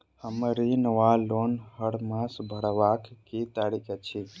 हम्मर ऋण वा लोन हरमास भरवाक की तारीख अछि?